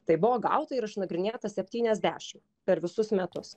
tai buvo gauta ir išnagrinėta septyniasdešim per visus metus